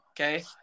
Okay